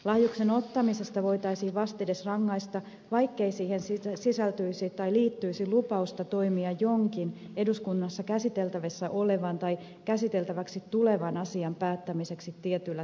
lahjuksen ottamisesta voitaisiin vastedes rangaista vaikkei siihen sisältyisi tai liittyisi lupausta toimia jonkin eduskunnassa käsiteltävissä olevan tai käsiteltäväksi tulevan asian päättämiseksi tietyllä tavalla